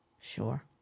Sure